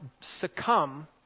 succumb